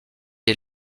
est